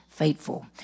Faithful